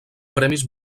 premis